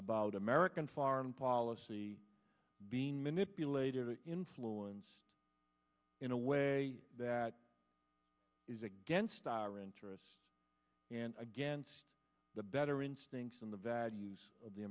about american foreign policy being manipulated to influence in a way that is against our interests and against the better instincts of the values of the